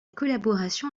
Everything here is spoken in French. collaboration